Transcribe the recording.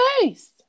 face